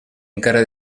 encara